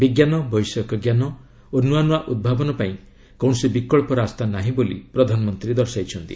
ବିଞ୍ଜାନ ବୈଷୟିକ ଜ୍ଞାନ ଓ ନୂଆନୂଆ ଉଭାବନ ପାଇଁ କୌଣସି ବିକଳ୍ପ ରାସ୍ତା ନାହିଁ ବୋଲି ପ୍ରଧାନମନ୍ତ୍ରୀ ଦର୍ଶାଇଛନ୍ତି